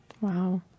wow